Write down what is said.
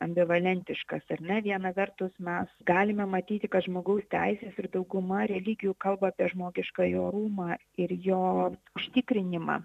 ambivalentiškas ar ne viena vertus mes galime matyti kad žmogaus teises ir dauguma religijų kalba apie žmogiškąjį orumą ir jo užtikrinimą